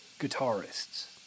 guitarists